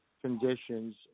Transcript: conditions